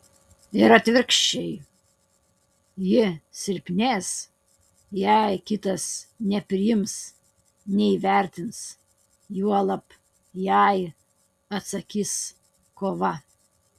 ir atvirkščiai ji silpnės jei kitas nepriims neįvertins juolab jei atsakys kova